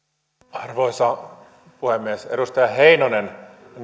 arvoisa puhemies edustaja heinonen